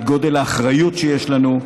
את גודל האחריות שיש לנו,